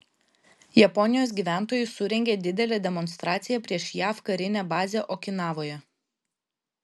japonijos gyventojai surengė didelę demonstraciją prieš jav karinę bazę okinavoje